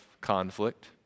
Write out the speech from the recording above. conflict